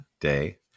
Day